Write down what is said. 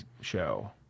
show